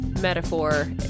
metaphor